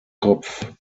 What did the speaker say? kopf